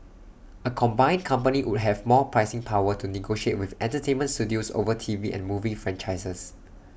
A combined company would have more pricing power to negotiate with entertainment studios over T V and movie franchises